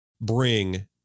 bring